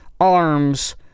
ARMS –